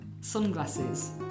sunglasses